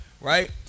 right